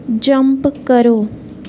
jump करो